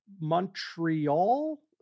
montreal